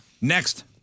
Next